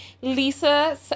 Lisa